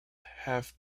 have